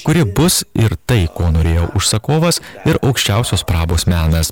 kuri bus ir tai ko norėjo užsakovas ir aukščiausios prabos menas